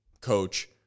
coach